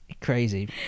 Crazy